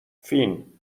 فین